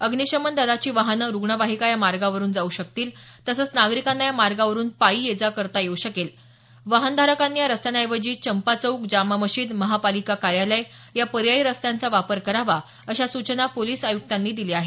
अग्निशमन दलाची वाहनं रुग्णवाहिका या मार्गावरुन जाऊ शकतील तसंच नागरिकांना या मार्गांवरुन पायी ये जा करता येऊ शकेल वाहनधारकांनी या रस्त्यांऐवजी चंपा चौक जामा मशीद महापालिका कार्यालय या पर्यायी रस्त्यांचा वापर करावा अशा सूचना पोलिस आयुक्तांनी दिल्या आहेत